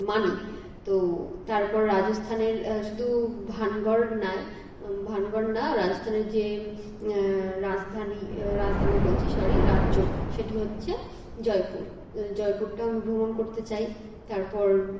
মানি তো তারপর রাজস্থানের শুধু ভানগড় নয় ভানগড় না রাজস্থানের যে রাজধানী রাজধানী বলছি সরি রাজ্য সেটি হচ্ছে জয়পুর জয়পুরটাও আমি ভ্রমণ করতে চাই তারপর